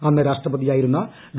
അന്ന് രാഷ്ട്രപതിയായിരുന്ന ഡോ